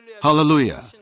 Hallelujah